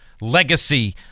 legacy